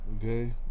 Okay